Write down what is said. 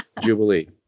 Jubilee